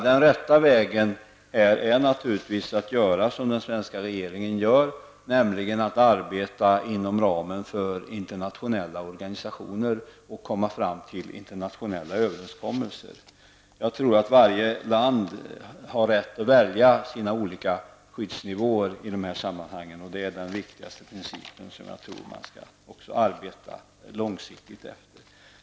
Den rätta vägen är naturligtvis den som den svenska regeringen har valt -- att arbeta inom ramen för internationella organisationer och komma fram till internationella överenskommelser. Jag tror att varje land har rätt att välja sina olika skyddsnivåer i dessa sammanhang. Det är den viktigaste principen, och något som jag tror att man skall arbeta långsiktigt efter.